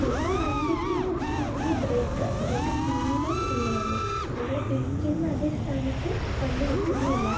പിന്നെ വണ്ടിക്കെന്നു വെച്ചിട്ടുണ്ടെങ്കിൽ ബ്രേക്ക് ബ്രേക്ക് തീരേയും ഇല്ലായിരുന്നു നമ്മള് പിടിക്കുന്ന അതെ സ്ഥാനത്ത് വണ്ടി നില്ക്കുന്നതേയില്ല